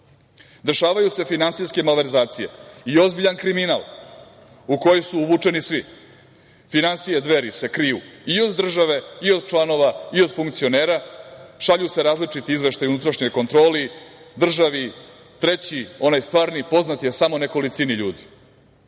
dešavaju se finansijske malverzacije i ozbiljan kriminal u koji su uvučeni svi. Finansije Dveri se kriju i od države, i od članova, i od funkcionera, šalju se različiti izveštaji unutrašnjoj kontroli, državi, a treći, onaj stvarni, poznat je samo nekolicini ljudi.